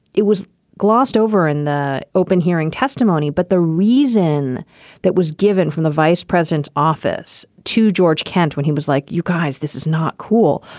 it was glossed over in the open hearing testimony. but the reason that was given from the vice president's office to george kent when he was like, you guys, this is not cool,